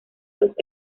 los